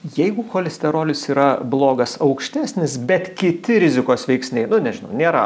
jeigu cholisterolis yra blogas aukštesnis bet kiti rizikos veiksniai nu nežinau nėra